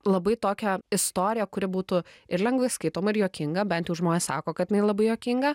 labai tokią istoriją kuri būtų ir lengvai skaitoma ir juokinga bent jau žmonės sako kad jinai labai juokinga